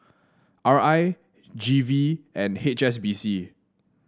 R I G V and H S B C